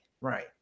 Right